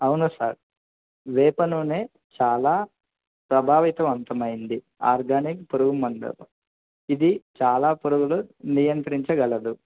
అవును సార్ వేప నూనె చాలా ప్రభావితవంతమైంది ఆర్గానిక్ పురుగు మందు ఇది చాలా పురుగులు నియంత్రించగలదు